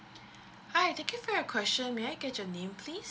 hi thank you for your question may I get your name please